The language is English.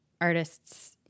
artists